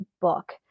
book